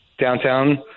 downtown